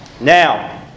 Now